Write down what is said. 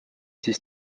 siis